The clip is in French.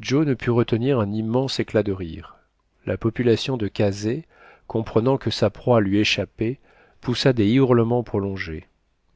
joe ne put retenir un immense éclat de rire la population de kazeh comprenant que sa proie lui échappait poussa des hurlements prolongés